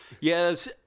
Yes